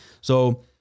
So-